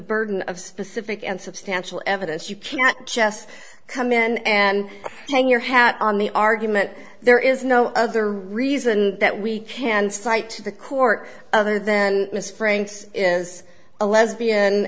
burden of specific and substantial evidence you can't just come in and hang your hat on the argument there is no other reason that we can cite to the court other than miss franks is a lesbian